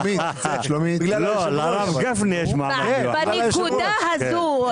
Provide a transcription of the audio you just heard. מי בעד קבלת ההסתייגות?